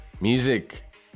Music